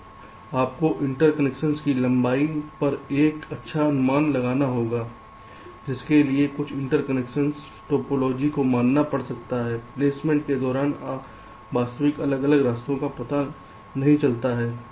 तो आपको इंटरकनेक्शन की लंबाई पर एक अच्छा अनुमान लगाना होगा जिसके लिए कुछ इंटरकनेक्शन टोपोलॉजी को मानना पड़ सकता है प्लेसमेंट के दौरान वास्तविक अलग अलग रास्तों का पता नहीं चलता है